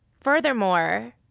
Furthermore